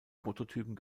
prototypen